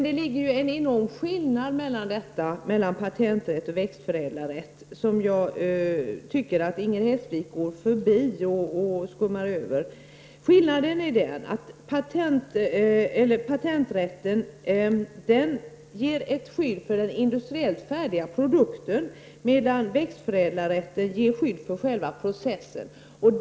Det är en enorm skillnad mellan patenträtt och växtförädlarrätt, och jag tycker att Inger Hestvik går förbi denna skillnad. Patenträtten ger skydd för den industriellt färdiga produkten medan växtförädlarrätten ger skydd för själva processen.